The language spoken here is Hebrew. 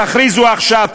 תכריזו עכשיו,